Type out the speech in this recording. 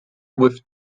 with